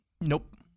nope